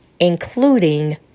including